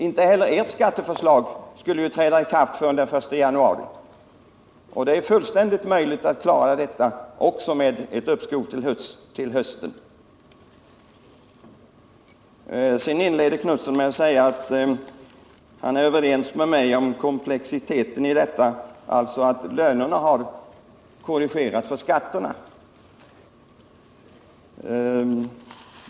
Inte heller ert skatteförslag skulle träda i kraft förrän den 1 januari, och det är fullständigt möjligt att klara detta också med ett uppskov till hösten. Herr Knutson inledde med att säga att han är överens med mig om komplexiteten i detta, alltså att lönerna har korrigerats med hänsyn till skatterna.